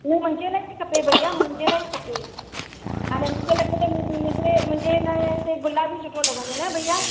मुंहिंजे लाइ ई खपे भैया मुंहिंजे लाइ ई खपे हाणे मुंहिंजे हिन ते गुलाबी सुठो लॻंदो न भैया